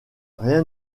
rien